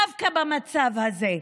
דווקא במצב הזה.